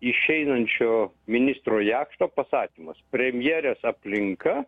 išeinančio ministro jakšto pasakymas premjerės aplinka